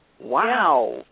Wow